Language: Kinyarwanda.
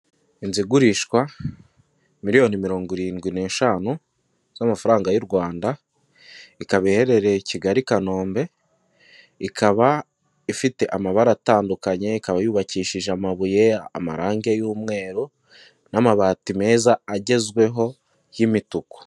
Inzu igurishwa miliyoni mirongo irindwi n'eshanu z'amafaranga y'u rwanda ikaba iherereye i Kigali i Kanombe ikaba ifite amabara atandukanye ikaba yubakishije amabuye, amarangi y'umweru n'amabati meza agezweho y'imituku